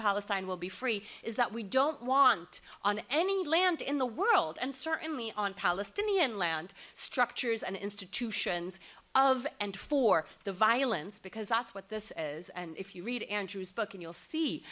palestine will be free is that we don't want on any land in the world and certainly on palestinian land structures and institutions of and for the violence because that's what this is and if you read andrew's book and you'll see